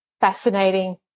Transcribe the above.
fascinating